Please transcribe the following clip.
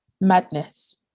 madness